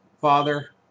Father